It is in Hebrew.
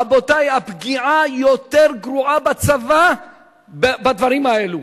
רבותי, הפגיעה יותר גרועה בצבא בדברים האלו,